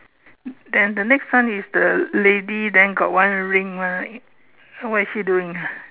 then the next one is the lady then got one ring right so what is she doing ah